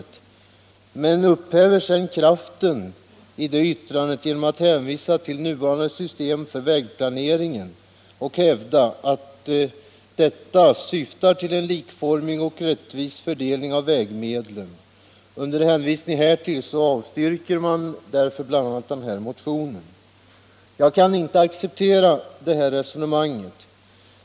Men utskottet upphäver sedan kraften i detta yttrande genom att hänvisa till nuvarande system för vägplaneringen och hävda att detta syftar till en likformig och rättvis fördelning av vägmedlen. Under hänvisning härtill avstyrker man därför bl.a. vår motion. Jag kan inte acceptera detta resonemang.